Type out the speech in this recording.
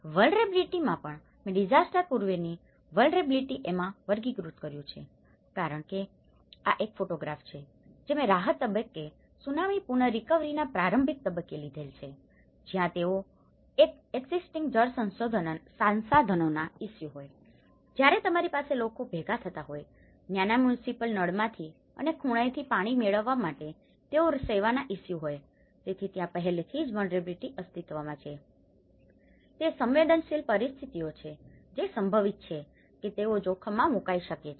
vulnerability માં પણ મેં ડીઝાસ્ટર પૂર્વેની વલ્નરેબીલીટી ઓમાં વર્ગીકૃત કર્યું છે કારણ કે આ એક ફોટોગ્રાફ છે જે મેં રાહત તબક્કે ત્સુનામી પુન રીકવરી ના પ્રારંભિક તબક્કે લીધેલ છે જ્યાં તેઓ પાસે એક્ઝીસ્ટીંગ જળ સંસાધનોના ઇસ્સ્યુ હોય તમારી પાસે લોકો ભેગા થતા હોય નાના મ્યુનિસિપલ નળમાંથી અને ખૂણાઓથી પાણી મેળવવા માટે અને તેઓ સેવાના ઇસ્સ્યુ હોય તેથી ત્યાં પહેલેથી જ વલ્નરેબીલીટી અસ્તિત્વમાં છે તે સંવેદનશીલ પરિસ્થિતિઓ છે જે સંભવિત છે કે તેઓ જોખમમાં મુકાઈ શકે છે